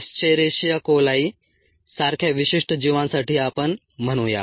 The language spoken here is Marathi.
एस्चेरिशीया कोलाई सारख्या विशिष्ट जीवांसाठी आपण म्हणू या